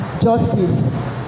justice